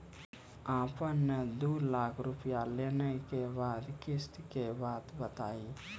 आपन ने दू लाख रुपिया लेने के बाद किस्त के बात बतायी?